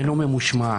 אינו ממושמע.